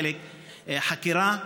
חלק חקירה.